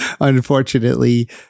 unfortunately